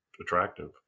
attractive